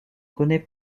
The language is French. connaît